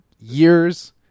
years